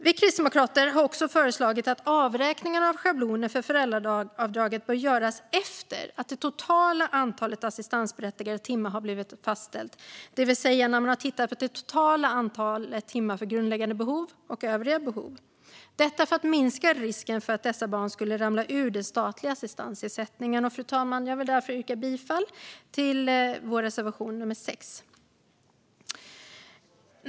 Vi kristdemokrater har också föreslagit att avräkningen av schablonen för föräldraavdrag ska göras efter att det totala antalet assistansberättigade timmar har blivit fastställt, det vill säga när man har tittat på det totala antalet timmar för grundläggande behov och övriga behov. Syftet är att minska risken att dessa barn ramlar ur den statliga assistansersättningen. Fru talman! Jag vill därför yrka bifall till vår reservation 6.